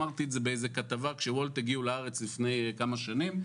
אמרתי את זה בכתבה כשוולט הגיעו לארץ לפני כמה שנים,